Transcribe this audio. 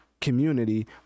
community